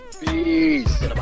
Peace